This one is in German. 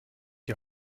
die